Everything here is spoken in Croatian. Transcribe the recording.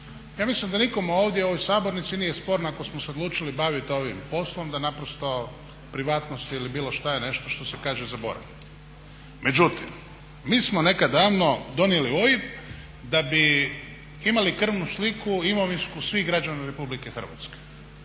Ja mislim da nikome ovdje u ovoj sabornici nije sporno ako smo se odlučili baviti ovim poslom da naprosto privatnost ili bilo šta je nešto što se kaže zaborave. Međutim, mi smo nekada davno donijeli OIB da bi imali krvnu sliku, imovinsku svih građana Republike Hrvatske.